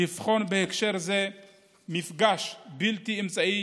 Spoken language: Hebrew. ולבחון בהקשר זה מפגש בלתי אמצעי